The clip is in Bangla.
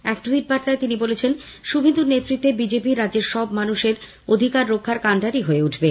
এক টুইট বার্তায় তিনি বলেন শুভেন্দু অধিকারীর নেতৃত্বে বিজেপি রাজ্যের সব মানুষের অধিকার রক্ষার কান্ডারী হয়ে উঠবে